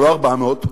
ולא 400,